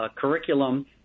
curriculum